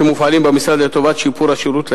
שמופעלים במשרד לטובת שיפור השירות לאזרח,